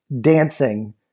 dancing